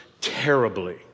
terribly